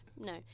No